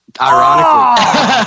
Ironically